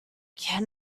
can